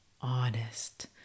honest